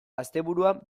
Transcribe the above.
asteburuan